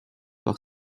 par